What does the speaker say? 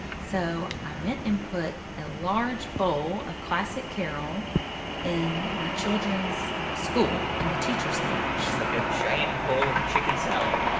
so i went and put a large bowl of classic carol in my children's school in the teacher's lounge just, like, a giant bowl of chicken salad?